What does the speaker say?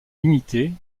limitée